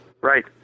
Right